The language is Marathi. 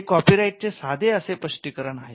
हे कॉपीराईटचे साधे असे स्पष्टीकरण आहे